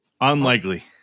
unlikely